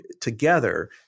together